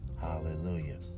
Hallelujah